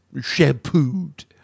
shampooed